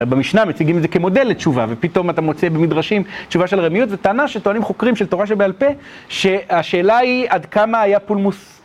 במשנה מציגים את זה כמודל לתשובה, ופתאום אתה מוצא במדרשים תשובה של רמיות וטענה שטוענים חוקרים של תורה שבעל פה שהשאלה היא עד כמה היה פולמוס.